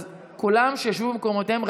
אז כולם שישבו במקומותיהם.